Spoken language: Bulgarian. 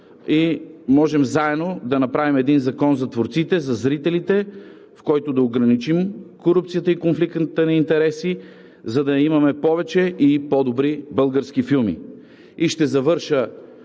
и можем заедно да направим един закон за творците, за зрителите, в който да ограничим корупцията и конфликта на интереси, за да имаме повече и по-добри български филми. Ще завърша